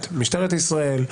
את משטרת ישראל,